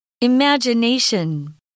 Imagination